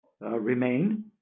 Remain